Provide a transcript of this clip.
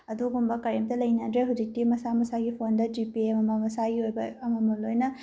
ꯑꯗꯨꯒꯨꯝꯕ ꯀꯔꯤꯝꯇ ꯂꯩꯅꯗ꯭ꯔꯦ ꯍꯧꯖꯤꯛꯇꯤ ꯃꯁꯥ ꯃꯁꯥꯒꯤ ꯐꯣꯟꯗ ꯖꯤ ꯄꯦ ꯑꯃꯃꯝ ꯃꯁꯥꯒꯤ ꯑꯣꯏꯕ ꯑꯃꯃꯝ ꯂꯣꯏꯅ